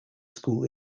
school